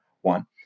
one